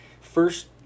first